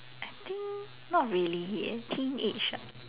I think not really leh teenage ah